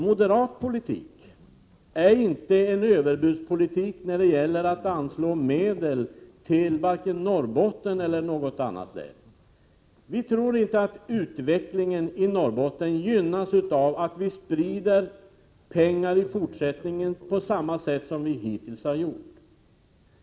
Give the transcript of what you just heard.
Moderat politik är inte en överbudspolitik när det gäller att anslå medel till vare sig Norrbotten eller något annat län. Vi tror inte att utvecklingen i Norrbotten gynnas av att man i fortsättningen sprider pengar på samma sätt som man hittills har gjort.